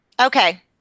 Okay